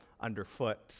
underfoot